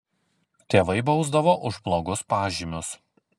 tėvai bausdavo už blogus pažymius